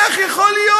איך יכול להיות?